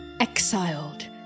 exiled